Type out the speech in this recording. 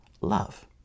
love